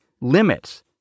limits